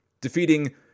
defeating